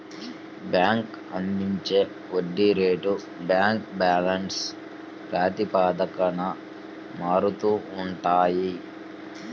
bank అందించే వడ్డీ రేట్లు బ్యాంక్ బ్యాలెన్స్ ప్రాతిపదికన మారుతూ ఉంటాయి